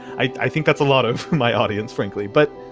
i think that's a lot of my audience, frankly. but.